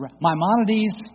Maimonides